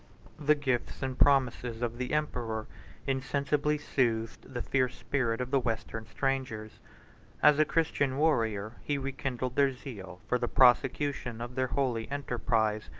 the gifts and promises of the emperor insensibly soothed the fierce spirit of the western strangers as a christian warrior, he rekindled their zeal for the prosecution of their holy enterprise,